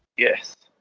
yes.